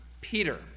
Peter